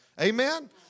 Amen